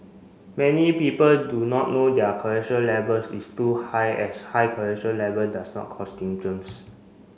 many people do not know their cholesterol levels is too high as high cholesterol level does not cause symptoms